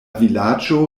vilaĝo